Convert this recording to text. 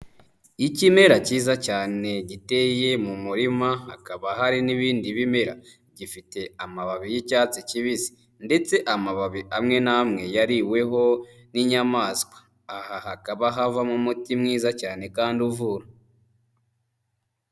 Ikimera cyiza cyane giteye mu murima, hakaba hari n'ibindi bimera, gifite amababi y'icyatsi kibisi ndetse amababi amwe n'amwe yariweho n'inyamaswa, aha hakaba havamo umuti mwiza cyane kandi uvura.